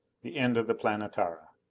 the end of the planetara.